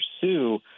pursue